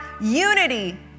unity